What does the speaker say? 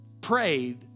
prayed